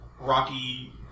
rocky